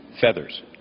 feathers